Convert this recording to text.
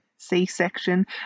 c-section